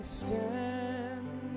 stand